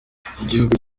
nk’igihugu